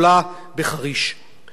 ואני רוצה להגיד לכם פה, חברי הכנסת,